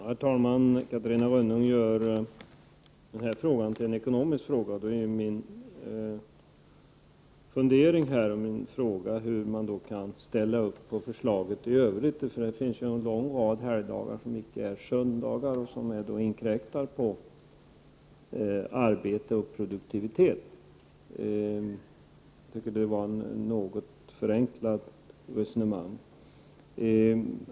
Herr talman! Catarina Rönnung gör denna fråga till en ekonomisk fråga. Hur kan man då ställa upp på förslaget i övrigt? Det finns ju en lång rad helgdagar som icke infaller på söndagar och som inkräktar på arbete och produktivitet. Jag tycker att det var ett något förenklat resonemang.